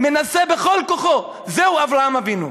הוא מנסה בכל כוחו, זהו אברהם אבינו.